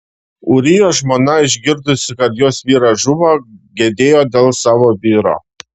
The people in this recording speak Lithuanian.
ūrijos žmona išgirdusi kad jos vyras žuvo gedėjo dėl savo vyro